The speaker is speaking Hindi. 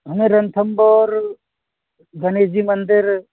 हमें रणथंभौर गणेश जी मंदिर